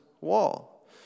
wall